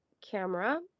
camera